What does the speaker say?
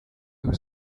was